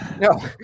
no